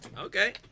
Okay